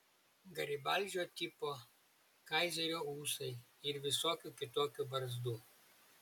garibaldžio tipo kaizerio ūsai ir visokių kitokių barzdų